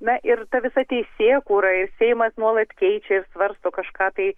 na ir visa teisėkūra ir seimas nuolat keičia ir svarsto kažką tai